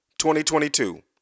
2022